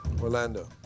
orlando